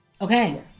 okay